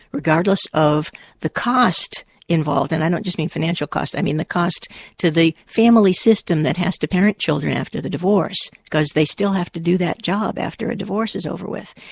regardless of the cost involved and i don't just mean financial cost, i mean the cost to the family system that has to parent children after the divorce, because they still have to do that job after a divorce is over with.